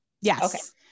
Yes